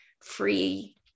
free